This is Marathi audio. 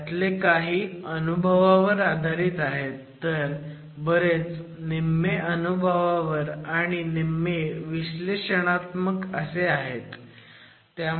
त्यातले काही अनुभवावर आधारित आहेत तर बरेच निम्मे अनुभवावर आणि निम्मे विश्लेषणात्मक आहेत